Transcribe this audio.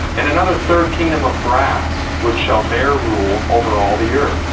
and another third kingdom of brass, which shall bear rule over all the earth.